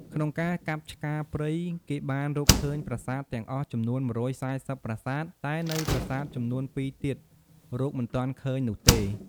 ក្នុងការកាប់ឆ្ការព្រៃគេបានរកឃើញ ប្រាសាទទាំងអស់ចំនួន ១៤០ប្រាសាទ តែនៅប្រាសាទចំនួនពីរទៀត រកមិនទាន់ឃើញនោះទេ។